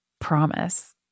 promise